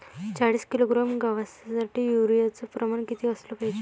चाळीस किलोग्रॅम गवासाठी यूरिया च प्रमान किती असलं पायजे?